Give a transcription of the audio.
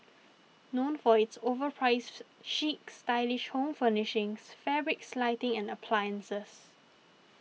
known for its overpriced chic stylish home furnishings fabrics lighting and appliances